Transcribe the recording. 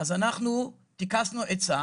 אז טיכסנו עצה